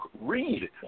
read